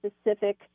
specific